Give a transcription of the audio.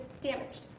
damaged